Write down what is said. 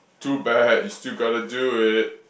too bad you still got to do it